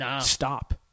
stop